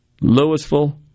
Louisville